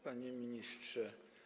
Panie Ministrze!